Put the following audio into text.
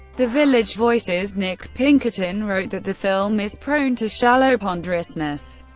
the village voices nick pinkerton wrote that the film is prone to shallow ponderousness,